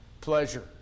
pleasure